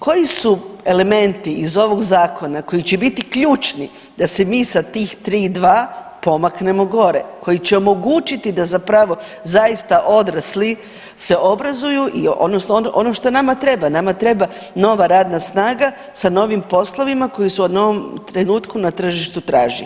Koji su elementi iz ovog zakona koji će biti ključni da se mi sa tih 3,2 pomaknemo gore, koji će omogućiti da zapravo zaista odrasli se obrazuju i odnosno ono što nama treba, nama treba nova radna snaga sa novim poslovima koji se u ovom trenutku na tržištu traže.